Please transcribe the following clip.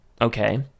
okay